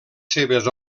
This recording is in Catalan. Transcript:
seves